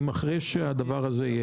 14 יום?